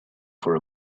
for